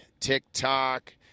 TikTok